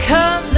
Come